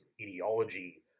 ideology